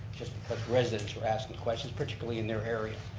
just because residents were asking questions, particularly in their area.